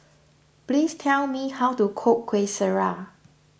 please tell me how to cook Kueh Syara